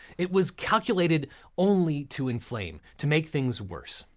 it was calculated only to inflame, to make things worse,